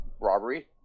robbery